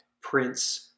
Prince